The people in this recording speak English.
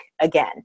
again